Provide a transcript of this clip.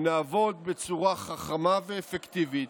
אם נעבוד בצורה חכמה ואפקטיבית,